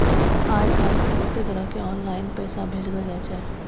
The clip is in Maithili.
आय काइल बहुते तरह आनलाईन पैसा भेजलो जाय छै